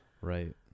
right